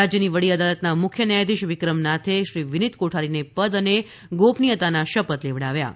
રાજ્યની વડી અદાલતના મુખ્ય ન્યાયાધીશ વિક્રમ નાથે શ્રી વિનીત કોઠારીને પદ અને ગોપનીયતાના શપથ લેવડાવ્યા હતા